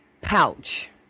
pouch